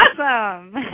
Awesome